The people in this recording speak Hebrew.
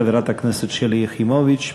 חברת הכנסת שלי יחימוביץ.